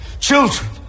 children